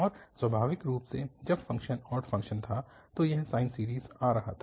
और स्वाभाविक रूप से जब फंक्शन ऑड फंक्शन था तो यह साइन सीरीज आ रहा था